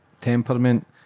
Temperament